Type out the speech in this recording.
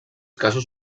casos